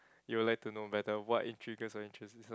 you would like to know better what intrigues or interests her